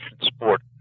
sport